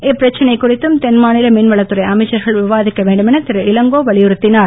இப்பிரச்சனை குறித்தும் தென்மாநில மீன்வளத் துறை அமைச்சர்கள் விவாதிக்க வேண்டுமென திருஇளங்கோ வலியுறத்திஞர்